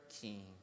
king